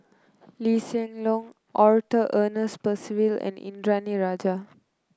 Lee Hsien Loong Arthur Ernest Percival and Indranee Rajah